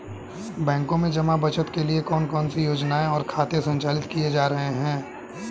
बैंकों में जमा बचत के लिए कौन कौन सी योजनाएं और खाते संचालित किए जा रहे हैं?